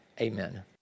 Amen